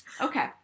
Okay